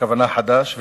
הכוונה לחד"ש,